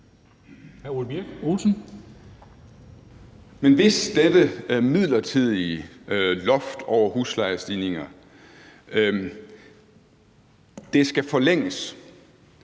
hvis dette midlertidige loft over huslejestigninger skal forlænges,